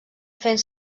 fent